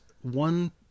one